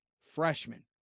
freshman